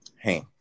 hey